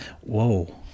Whoa